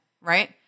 right